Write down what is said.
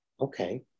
Okay